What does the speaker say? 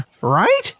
Right